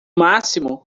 máximo